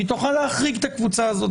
היא תוכל להחריג את הקבוצה הזאת,